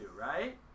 right